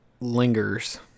lingers